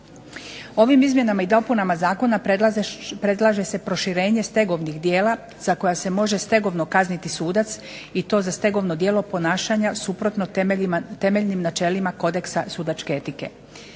Ovim Izmjenama i dopunama zakona predlaže se proširenje stegovnih djela za koja se može stegovno kazniti sudac i to za stegovno djelo ponašanja suprotno temeljnim načelima kodeksa sudačke etike.